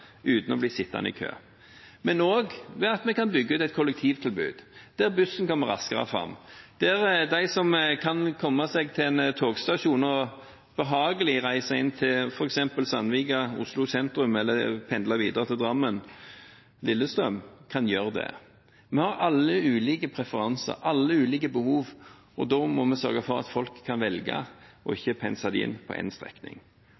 uten å bli sittende i kø. Men vi skal også bygge ut et kollektivtilbud der bussen kommer raskere fram, der de som kan komme seg til en togstasjon og reise behagelig inn til f.eks. Sandvika og Oslo sentrum, eller pendle videre til Drammen og Lillestrøm, kan gjøre det. Vi har alle ulike preferanser, vi har alle ulike behov, og da må vi sørge for at folk kan velge og ikke pense dem inn på én strekning.